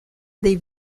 dei